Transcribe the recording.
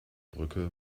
brücke